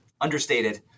understated